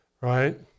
right